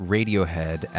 Radiohead